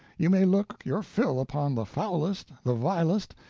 you may look your fill upon the foulest, the vilest,